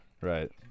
Right